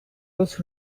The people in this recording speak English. was